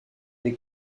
des